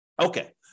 Okay